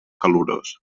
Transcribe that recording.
calorós